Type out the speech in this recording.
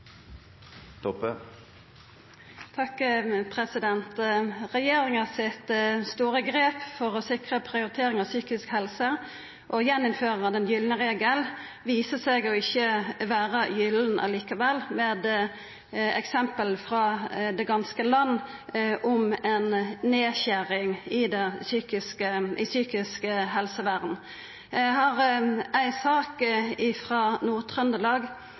Regjeringa sitt store grep for å sikra prioritering av psykisk helse, å gjeninnføra den gylne regel, viser seg ikkje å vera gyllent likevel, med eksempel frå det ganske land om nedskjeringar i psykisk helsevern. Eg har ei sak